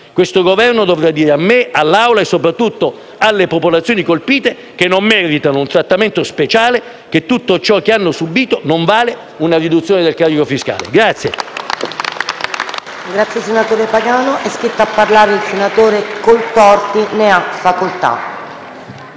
Questo Governo dovrà dire a me, all'Assemblea e soprattutto alle popolazioni colpite che non meritano un trattamento speciale, che tutto ciò che hanno subito non vale una riduzione del carico fiscale.